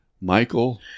Michael